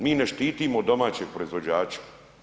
Mi ne štitimo domaćeg proizvođača.